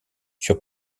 sur